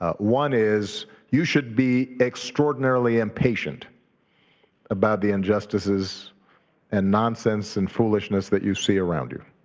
ah one is you should be extraordinarily impatient about the injustices and nonsense and foolishness that you see around you.